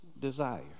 desire